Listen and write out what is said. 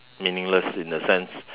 meaningless in a sense